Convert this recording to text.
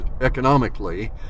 economically